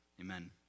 amen